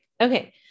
Okay